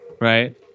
Right